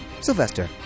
Sylvester